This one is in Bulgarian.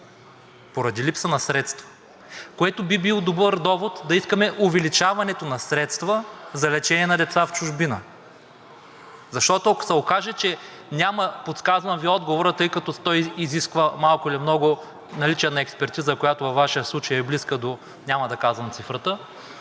Поради липса на средства, което би било добър довод да искаме увеличаването на средства за лечение на деца в чужбина. Защото, ако се окаже, че няма… Подсказвам Ви отговора, тъй като той изисква малко или много наличие на експертиза, която във Вашия случай е близка до няма да казвам цифрата.